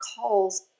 calls